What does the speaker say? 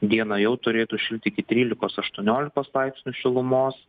dieną jau turėtų šilt iki trylikos aštuoniolikos laipsnių šilumos